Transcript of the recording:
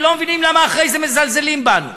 ולא מבינים למה אחרי זה מזלזלים בנו.